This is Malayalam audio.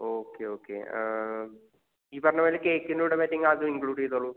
ഓക്കെ ഓക്കെ ഈ പറഞ്ഞത് മാതിരി കേക്കിൻ്റെ കൂടെ പറ്റുമെങ്കിൽ അതും ഇൻക്ലൂഡ് ചെയ്തോളൂ